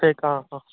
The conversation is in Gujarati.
ઠીક હ હ